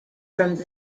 from